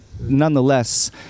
nonetheless